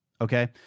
okay